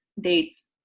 dates